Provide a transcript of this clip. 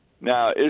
Now